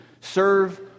serve